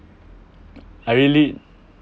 I really